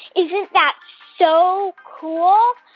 isn't that so cool?